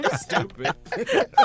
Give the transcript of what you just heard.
Stupid